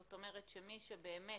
זאת אומרת, שמי שבאמת